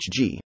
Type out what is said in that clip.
HG